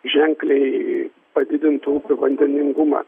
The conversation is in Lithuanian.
ženkliai padidintų upių vandeningumą